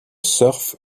surf